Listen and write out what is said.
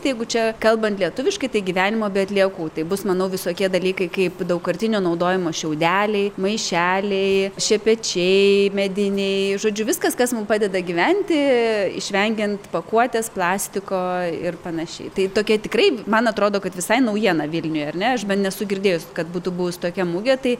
jeigu čia kalbant lietuviškai tai gyvenimo be atliekų tai bus manau visokie dalykai kaip daugkartinio naudojimo šiaudeliai maišeliai šepečiai mediniai žodžiu viskas kas mums padeda gyventi išvengiant pakuotės plastiko ir panašiai tai tokia tikrai man atrodo kad visai naujiena vilniuje ar ne aš dar nesu girdėjus kad būtų buvus tokia mugė tai